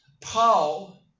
Paul